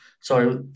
Sorry